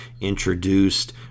introduced